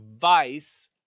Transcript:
vice